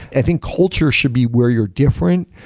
i think culture should be where you're different.